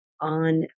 on